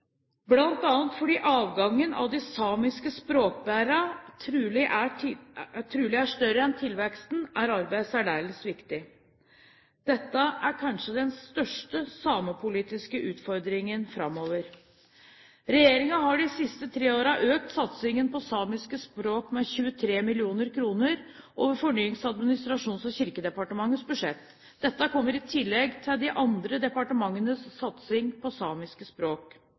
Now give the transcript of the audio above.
fordi avgangen av de samiske språkbærerne trolig er større enn tilveksten, er arbeidet særdeles viktig. Dette er kanskje den største samepolitiske utfordringen framover. Regjeringen har de siste tre årene økt satsingen på samiske språk med 23 mill. kr over budsjettet til Fornyings-, administrasjons- og kirkedepartementet. Dette kommer i tillegg til de andre departementenes satsing på samiske språk.